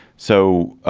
so,